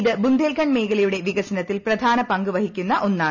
ഇത് ബുന്ദേൽഖണ്ഡ് മേഖലയുടെ വികസനത്തിൽ പ്രധാന പങ്ക് വഹിക്കുന്ന ഒന്നാണ്